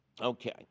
Okay